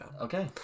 Okay